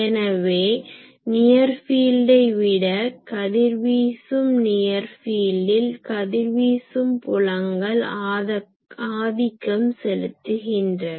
எனவே நியர் ஃபீல்டை விட கதிர்வீசும் நியர் ஃபீல்டில் கதிர்வீசும் புலங்கள் ஆதிக்கம் செலுத்துகின்றன